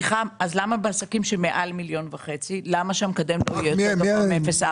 אז למה בעסקים מעל 1.5 מיליון שקל המקדם לא יהיה 0.4?